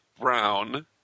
Brown